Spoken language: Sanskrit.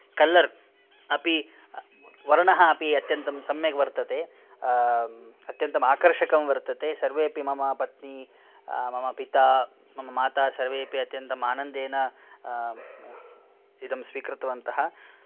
कलर् अपि वर्णः अपि अत्यन्तं सम्यक् वर्तते अत्यन्तम् आकर्षकं वर्तते सर्वे अपि मम पत्नी मम पिता मम माता सर्वेपि अत्यन्तम् आनन्देन इदं स्वीकृतवन्तः